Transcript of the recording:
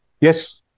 yes